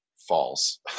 False